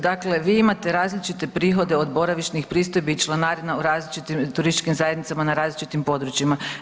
Dakle vi imate različite prihode od boravišnih pristojbi i članarina u različitim turističkim zajednicama na različitim područjima.